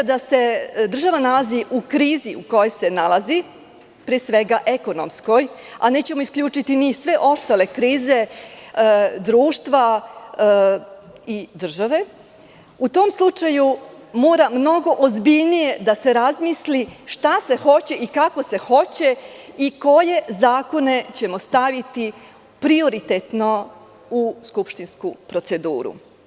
Kada se država nalazi u krizi u kojoj se nalazi pre svega ekonomskoj, a nećemo isključiti ni sve ostale krize društva i države, u tom slučaju mora mnogo ozbiljnije da se razmisli šta se hoće i kako se hoće i koje zakone ćemo staviti prioritetno u skupštinsku proceduru.